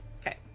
Okay